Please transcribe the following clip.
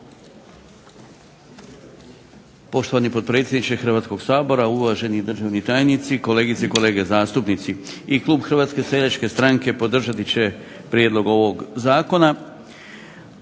Poštovani potpredsjedniče Hrvatskog sabora, uvaženi državni tajnici, kolegice i kolege zastupnici. I klub HSS-a podržati će prijedlog ovog zakona.